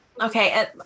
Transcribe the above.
Okay